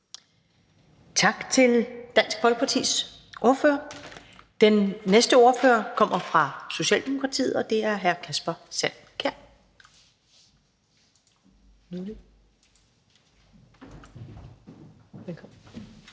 Tak til Dansk Folkepartis ordfører. Den næste ordfører kommer fra Socialdemokratiet, og det er hr. Kasper Sand Kjær.